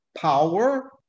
power